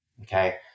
Okay